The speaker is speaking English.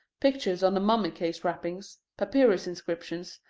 pictures on the mummy-case wrappings, papyrus inscriptions,